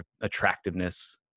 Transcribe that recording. attractiveness